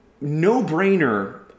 no-brainer